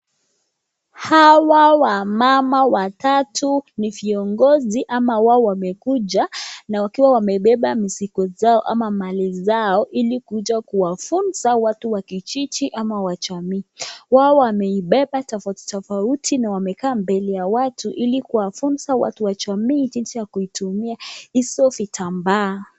Hawa wamama watatu ni viongozi ama wao wamekuja na wakiwa wamebeba mizigo zao ama mali zao ili kuja kuwafunza watu wa kijiji ama wa jamii ,wao wameibeba tofauti tofauti na wamekaa mbele ya watu ili kuwafunza watu wa jamii jinsi ya kuitumia hizo vitambaa.